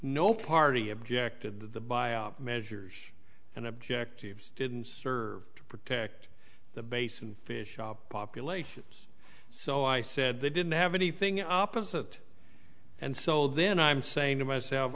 no party objected that the bio measures and objectives didn't serve to protect the base and fish shop populations so i said they didn't have anything opposite and so then i'm saying to myself